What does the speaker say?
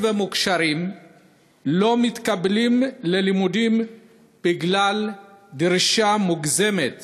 ומוכשרים לא מתקבלים ללימודים בגלל דרישה מוגזמת